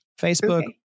Facebook